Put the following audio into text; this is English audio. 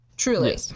Truly